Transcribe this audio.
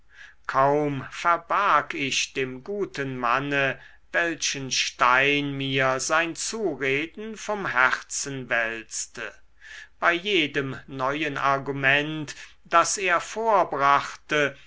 kaum verbarg ich dem guten manne welchen stein mir sein zureden vom herzen wälzte bei jedem neuen argument das er vorbrachte